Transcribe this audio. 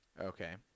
Okay